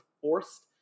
forced